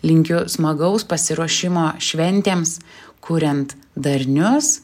linkiu smagaus pasiruošimo šventėms kuriant darnius